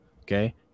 Okay